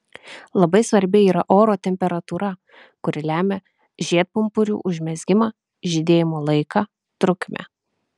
labai svarbi yra oro temperatūra kuri lemia žiedpumpurių užmezgimą žydėjimo laiką trukmę